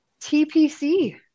TPC